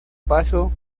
paso